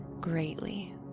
greatly